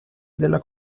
della